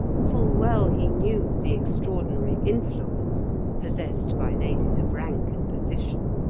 full well he knew the extraordinary influence possessed by ladies of rank and position.